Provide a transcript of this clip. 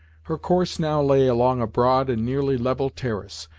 her course now lay along a broad and nearly level terrace,